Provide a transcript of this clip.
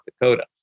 Dakota